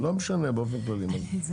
לא שמעת.